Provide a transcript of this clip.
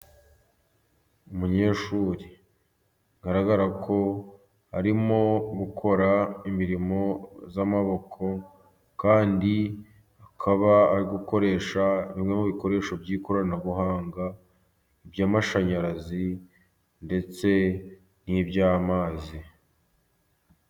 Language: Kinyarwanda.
Umunyeshuri bigaragara ko arimo gukora imirimo y'amaboko kandi akaba ari gukoresha bimwe mu bikoresho by'ikoranabuhanga, by'amashanyarazi ndetse n'iby'amazi.